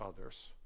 others